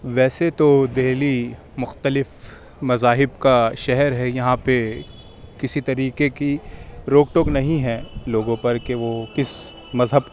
ویسے تو دہلی مختلف مذاہب کا شہر ہے یہاں پہ کسی طریقے کی روک ٹوک نہیں ہے لوگوں پر کہ وہ کس مذہب